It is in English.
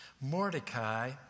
Mordecai